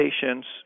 patients